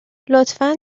لطفا